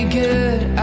good